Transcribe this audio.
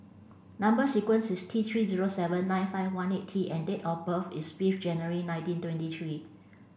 number sequence is T three zero seven nine five one eight T and date of birth is fifth January nineteen twenty three